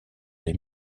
les